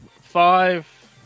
five